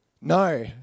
No